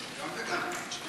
גם וגם.